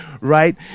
right